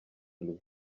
louis